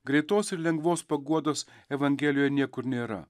greitos ir lengvos paguodos evangelijoje niekur nėra